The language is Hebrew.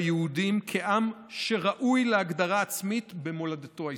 ביהודים כעם שראוי להגדרה עצמית במולדתו ההיסטורית.